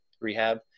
rehab